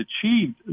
achieved